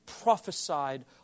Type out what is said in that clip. prophesied